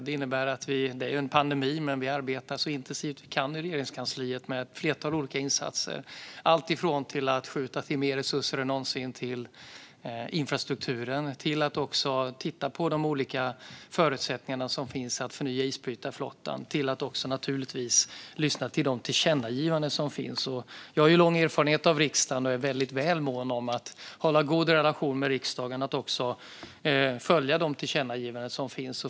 Det råder ju en pandemi, men vi arbetar så intensivt vi kan i Regeringskansliet med ett flertal olika insatser, alltifrån att skjuta till mer resurser än någonsin till infrastrukturen till att titta på de olika förutsättningar som finns för att förnya isbrytarflottan. Vi lyssnar naturligtvis också på de olika tillkännagivanden som finns. Jag har ju lång erfarenhet av riksdagen och är väldigt mån om att hålla en god relation med riksdagen och följa de tillkännagivanden som finns.